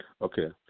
Okay